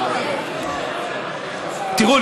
תראו,